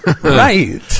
right